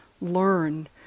learn